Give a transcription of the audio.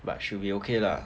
but should be okay lah